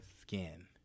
skin